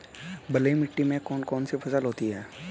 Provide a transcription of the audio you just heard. बलुई मिट्टी में कौन कौन सी फसलें होती हैं?